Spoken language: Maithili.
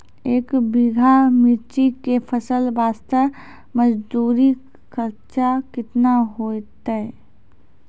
एक बीघा मिर्ची के फसल वास्ते मजदूरी खर्चा केतना होइते?